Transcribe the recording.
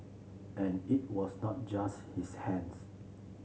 and it was not just his hands